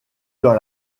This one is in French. dans